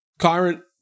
Kyron